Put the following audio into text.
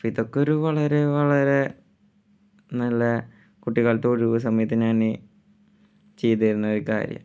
ഇതൊക്കെ വളരെ വളരെ നല്ല കുട്ടിക്കാലത്ത് ഒഴിവ് സമയത്ത് ഞാൻ ചെയ്തിരുന്ന ഒരു കാര്യമാണ്